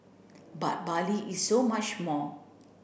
but Bali is so much more